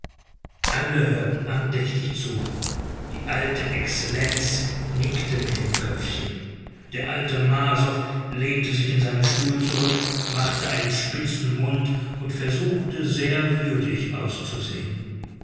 alle hörten andächtig zu die alte exzellenz nickte mit dem köpfchen der alte marsow lehnte sich in seinen stuhl zurück machte einen spitzen mund und versuchte sehr würdig auszusehen